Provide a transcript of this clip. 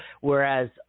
whereas